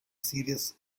serious